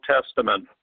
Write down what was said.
Testament